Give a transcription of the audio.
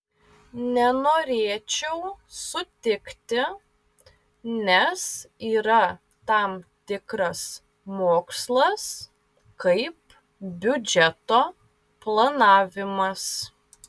nenorėčiau sutikti nes yra tam tikras mokslas kaip biudžeto planavimas